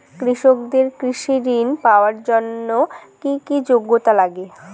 কৃষকদের কৃষি ঋণ পাওয়ার জন্য কী কী যোগ্যতা লাগে?